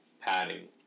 padding